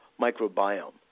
microbiome